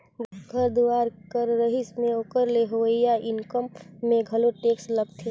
घर दुवार कर रहई में ओकर ले होवइया इनकम में घलो टेक्स लागथें